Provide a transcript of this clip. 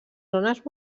zones